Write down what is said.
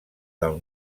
del